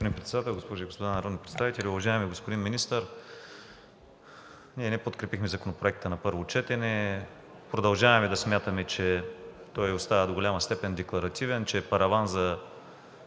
господин Председател, госпожи и господа народни представители! Уважаеми господин Министър, ние не подкрепихме Законопроекта на първо четене. Продължаваме да смятаме, че той остава до голяма степен декларативен, че е параван за